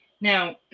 Now